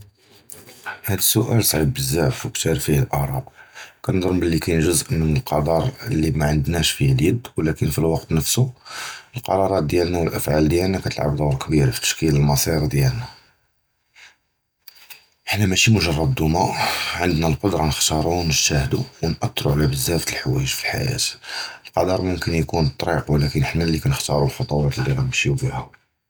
הַדָּא סוּאַל סְעִיב בְּזַבַּא מֻכְתַלְפִּיף פִيه אֻלְרָאִי, כּנְצַנּ בְּלִי כָּאן חֵ'זְء מִן הַקַּדַר לִי מַעַנְדְנָאש פִּיה הַיַּד וְלָקִין פִי הַוַקְת נְפְסוּ, הַקְּרָארَאת דִיָּאלְנָא וְהַאֻפְעַל דִיָּאלְנָא כִּתְלַעַב דּוּר קְבִיר פִי תַּשְקִיל הַמַּסִּיר דִיָּאלְנָא, חְנַא מַאשִי מְגַ'רּ דֻּמַּא, עַנְדְנָא הַקְּדְרָה נְחַתַּר וְנִשְהַדוּ וְנְאַתִּירוּ עַל בְּזַבַּא דִלְחַוַאיְח פִי הַחַיַּאת, הַקַּדַר מֻכְנָה יְקוּן טְרִיק וְלָקִין חְנַא לִי כּנְחַתַּר הַחֻקוּט לִי גַּנְדִירוּ בִּיהוּם.